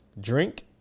drink